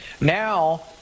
Now